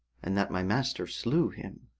and that my master slew him.